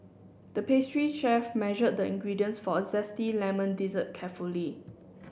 the pastry chef measured the ingredients for a zesty lemon dessert carefully